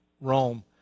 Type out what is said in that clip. Rome